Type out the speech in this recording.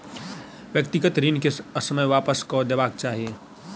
व्यक्तिगत ऋण के ससमय वापस कअ देबाक चाही